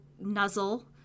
nuzzle